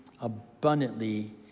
abundantly